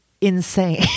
insane